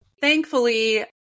thankfully